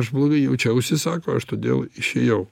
aš blogai jaučiausi sako aš todėl išėjau